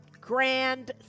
grand